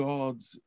God's